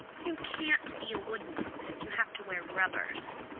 you can't be a wood-nymph if you have to wear rubbers,